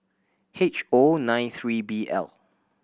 H O nine three B L